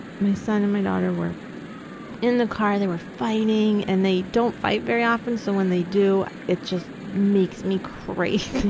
my son and my daughter were in the car and they were fighting, and they don't fight very often, so when they do, it just makes me crazy.